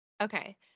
Okay